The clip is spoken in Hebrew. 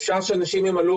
אפשר שאנשים ימלאו,